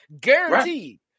Guaranteed